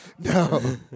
No